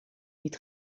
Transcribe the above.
niet